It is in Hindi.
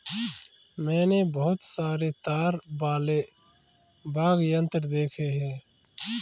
मैंने बहुत सारे तार वाले वाद्य यंत्र देखे हैं